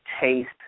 taste